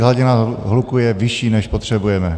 Hladina hluku je vyšší, než potřebujeme.